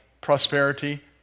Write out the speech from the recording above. prosperity